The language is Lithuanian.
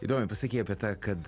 įdomiai pasakei apie tą kad